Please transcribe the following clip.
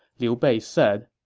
liu bei said,